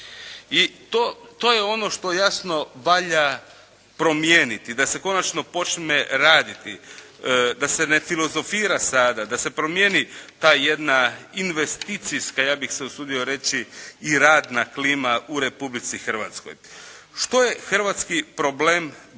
I to je ono što jasno valja promijeniti, da se konačno počne raditi, da se ne filozofira sada, da se promijeni ta jedna investicijska ja bih se usudio reći i radna klima u Republici Hrvatskoj. Što je hrvatski problem broj jedan?